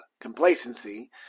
complacency